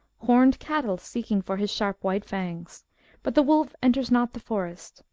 homed cattle seeking for his sharp white fangs but the wolf enters not the forest.